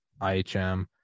ihm